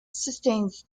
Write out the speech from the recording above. sustained